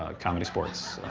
ah comedy sports,